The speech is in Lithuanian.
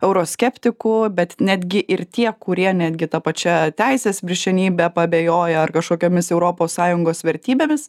euroskeptikų bet netgi ir tie kurie netgi ta pačia teisės viršenybe paabejojo ar kažkokiomis europos sąjungos vertybėmis